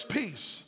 peace